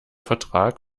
vertrag